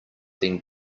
then